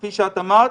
כפי שאת אמרת,